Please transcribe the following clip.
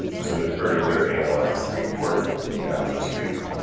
so to further analyze the report, we'll go down to